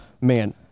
man